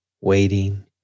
waiting